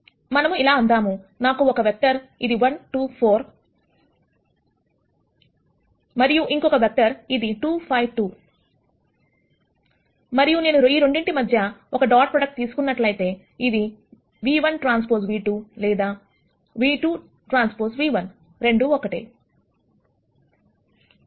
మనం ఇలా అందాము నాకు ఒక వెక్టర్ ఇది 1 2 4 మరియు ఇంకొక వెక్టర్ ఇది ఇది 2 5 2 మరియు నేను ఈ రెండింటి మధ్య ఒక డాట్ ప్రోడక్ట్ తీసుకున్నట్లయితే ఇది v1Tv2 లేదా v2Tv1 రెండు ఒక్కటే